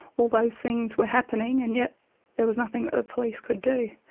all those things were happening and yet there was nothing that the police could do.